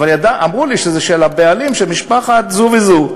אבל אמרו לי שהבעלים זה משפחה זו וזו.